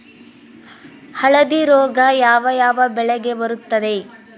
ಹಳದಿ ರೋಗ ಯಾವ ಯಾವ ಬೆಳೆಗೆ ಬರುತ್ತದೆ?